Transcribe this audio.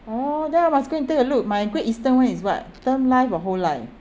oh then I must go and take a look my great eastern one is what term life of whole life